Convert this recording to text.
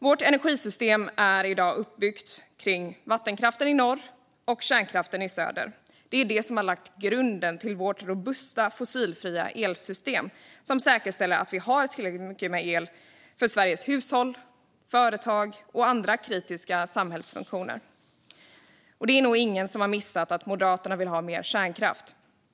Vårt energisystem är i dag uppbyggt kring vattenkraften i norr och kärnkraften i söder. Detta har lagt grunden för vårt robusta, fossilfria elsystem, som säkerställer att vi har tillräckligt med el för Sveriges hushåll, företag och andra kritiska samhällsfunktioner. Det är nog ingen som har missat att Moderaterna vill ha mer kärnkraft.